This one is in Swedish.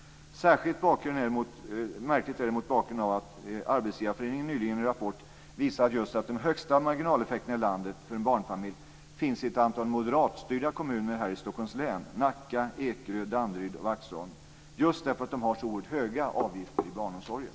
Särskilt märkligt är det mot bakgrund av att Arbetsgivareföreningen nyligen i en rapport visat just att de största marginaleffekterna i landet för en barnfamilj finns i ett antal moderatstyrda kommuner här i Stockholms län: Nacka, Ekerö, Danderyd och Waxholm. Det är just därför att de har så oerhört höga avgifter i barnomsorgen.